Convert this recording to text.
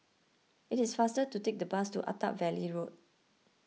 it is faster to take the bus to Attap Valley Road